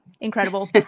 incredible